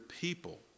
people